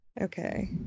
Okay